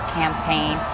campaign